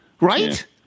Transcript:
right